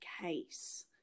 case